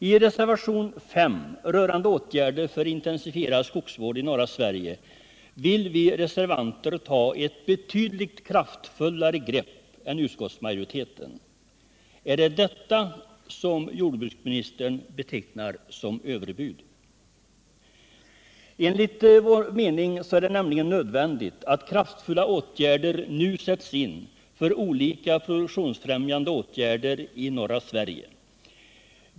I reservationen 5 rörande åtgärder för intensifierad skogsvård i norra Sverige anför vi reservanter att vi vill ta ett betydligt kraftfullare grepp än utskottsmajoriteten. Är det detta som jordbruksministern betecknar som överbud? Enligt vår mening är det nämligen nödvändigt att krafttag tas för att sätta in olika produktionsfrämjande åtgärder i norra Sverige.